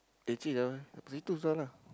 eh actually that one sampai situ sudah lah